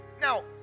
Now